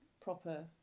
proper